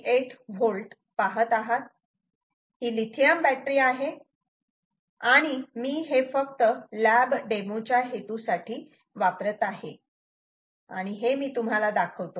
78 V पाहत आहात ही लिथियम बॅटरी आहे आणि मी हे फक्त लॅब डेमो च्या हेतू साठी वापरत आहे आणि हे मी तुम्हाला दाखवतो